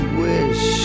wish